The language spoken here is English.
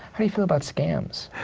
how do you feel about scams?